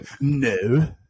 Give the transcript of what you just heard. No